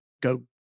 go